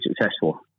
successful